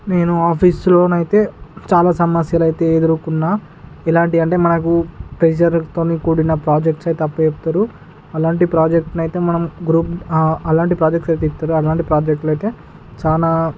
నేను ఆఫీసులో అయితే చాలా సమస్యలు అయితే ఎదురుకున్నా ఎలాంటివి అంటే మనకు ప్రెజర్తోని కూడిన ప్రాజెక్ట్స్ అయితే అప్పచెబుతారు అలాంటి ప్రాజెక్ట్ని మనం గృ అలాంటి ప్రాజెక్ట్స్ అయితే ఇస్తారు అలాంటి ప్రాజెక్ట్లు అయితే చాలా